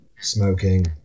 smoking